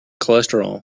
cholesterol